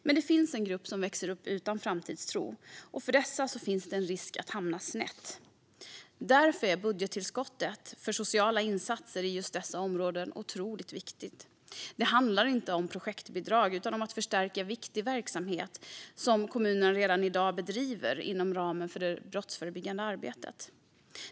Men det finns en grupp som växer upp utan framtidstro, och för dessa finns det en risk att hamna snett. Därför är budgettillskottet för sociala insatser i just dessa områden otroligt viktigt. Det handlar inte om projektbidrag utan om att förstärka viktig verksamhet som kommunerna redan i dag bedriver inom ramen för det brottsförebyggande arbetet.